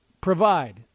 provide